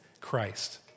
Christ